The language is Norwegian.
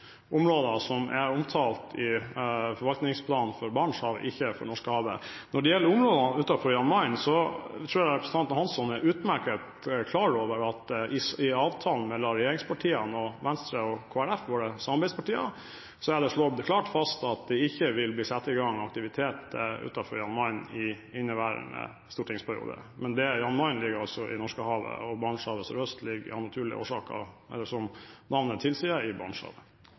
områder som er omtalt i forvaltningsplanen for Barentshavet, ikke for Norskehavet. Når det gjelder områdene utenfor Jan Mayen, tror jeg representanten Hansson er fullstendig klar over at i avtalen mellom regjeringspartiene og Venstre og Kristelig Folkeparti, våre samarbeidspartier, er det slått klart fast at det ikke vil bli satt i gang aktivitet utenfor Jan Mayen i inneværende stortingsperiode. Men Jan Mayen ligger altså i Norskehavet, og Barentshavet sørøst ligger, av naturlige årsaker, som navnet tilsier, i